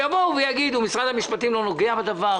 שיבואו ויגידו: "משרד המשפטים לא נוגע בדבר".